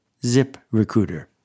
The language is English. ZipRecruiter